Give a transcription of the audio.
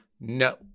No